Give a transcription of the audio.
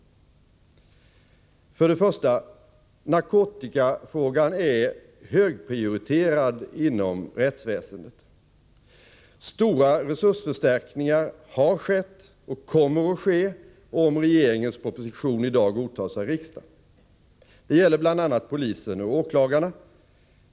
För det första: Narkotikafrågan är högprioriterad inom rättsväsendet. Stora resursförstärkningar har skett, och ytterligare sådana kommer att ske om regeringens proposition i dag godtas av riksdagen. Det gäller bl.a. polisen och åklagarna.